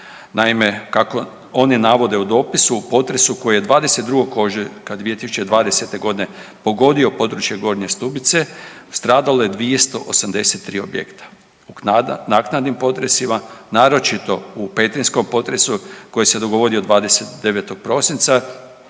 Naime, kako oni navode u dopisu u potresu koji je 22. ožujka 2020. godine pogodio područje Gornje Stubice stradalo je 283 objekta, u naknadnim potresima naročito u petrinjskom potresu koji se dogodio 29. prosinca